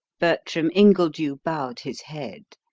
bertram ingledew bowed his head.